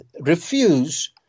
refuse